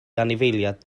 anifeiliaid